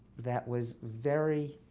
that was very,